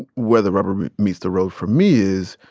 and where the rubber meets the road for me is,